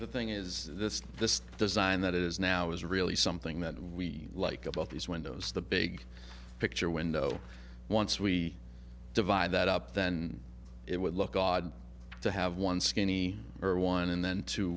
the thing is this the design that is now is really something that we like about these windows the big picture window once we divide that up then it would look odd to have one skinny or one and then two